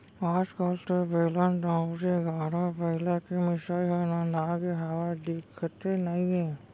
आज कल तो बेलन, दउंरी, गाड़ा बइला के मिसाई ह नंदागे हावय, दिखते नइये